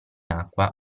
acqua